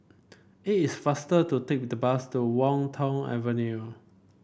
it is faster to take the bus to Wan Tho Avenue